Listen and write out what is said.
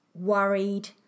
worried